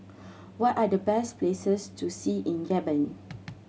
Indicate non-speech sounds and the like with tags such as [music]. [noise] what are the best places to see in Gabon